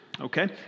okay